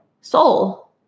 soul